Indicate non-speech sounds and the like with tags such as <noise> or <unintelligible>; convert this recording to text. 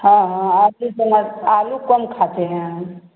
हाँ हाँ <unintelligible> आलू कम खाते हैं हम